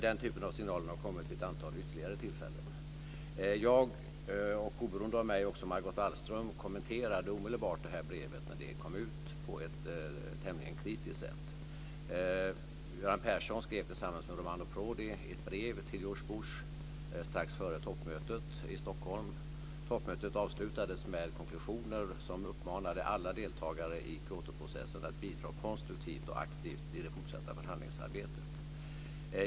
Den typen av signaler har kommit vid ett antal ytterligare tillfällen. Jag, och oberoende av mig Margot Wallström, kommenterade omedelbart brevet när det kom ut på ett tämligen kritiskt sätt. Göran Persson skrev tillsammans med Romano Prodi ett brev till George Bush strax före toppmötet i Stockholm. Toppmötet avslutades med konklusioner som uppmanade alla deltagare i Kyotoprocessen att bidra konstruktivt och aktivt i det fortsatta förhandlingsarbetet.